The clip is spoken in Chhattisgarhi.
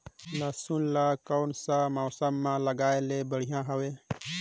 लसुन ला कोन सा मौसम मां लगाय ले बढ़िया हवे?